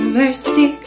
mercy